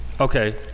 Okay